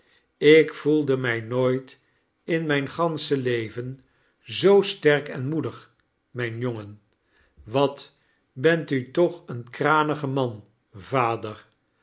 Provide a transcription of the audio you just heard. ik voelde mij nooit in mijn gansche leven zoo sterk en moedig mijn jongen wat bent u toch een kranige man vader